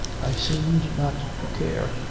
i seemed not to care.